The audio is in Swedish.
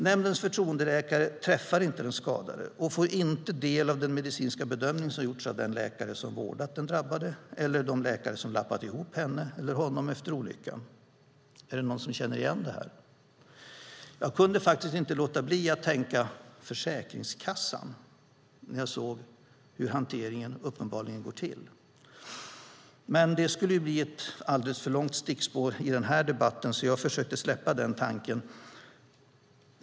Nämndens förtroendeläkare träffar inte den skadade och får inte del av den medicinska bedömning som gjorts av den läkare som vårdat den drabbade eller lappat ihop henne eller honom efter olyckan. Är det någon som känner igen detta? Själv kunde jag inte låta bli att tänka "Försäkringskassan" när jag såg hur hanteringen uppenbarligen går till. Det skulle bli ett alldeles för långt stickspår i den här debatten så jag försökte släppa den tanken.